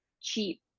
cheap